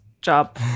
job